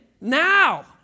Now